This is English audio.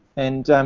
and